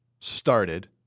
started